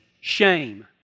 Shame